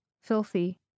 filthy